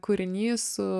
kūrinys su